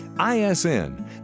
ISN